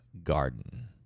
garden